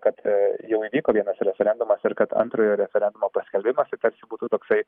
kad a jau įvyko vienas referendumas ir kad antrojo referendumo paskelbimas tai tarsi būtų toksai